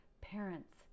parents